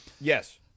Yes